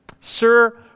Sir